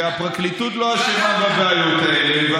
והפרקליטות לא אשמה בבעיות האלה.